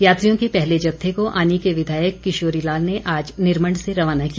यात्रियों के पहले जत्थे को आनी के विधायक किशोरी लाल ने आज निरमण्ड से रवाना किया